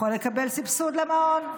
יכול לקבל סבסוד למעון,